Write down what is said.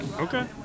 Okay